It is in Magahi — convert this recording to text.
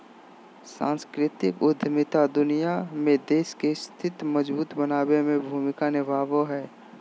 सांस्कृतिक उद्यमिता दुनिया में देश के स्थिति मजबूत बनाबे में भूमिका निभाबो हय